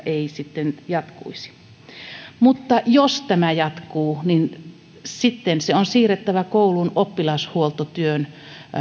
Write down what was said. ei sitten jatkuisi mutta jos tämä jatkuu niin sitten se on siirrettävä koulun oppilashuoltotyön